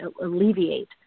alleviate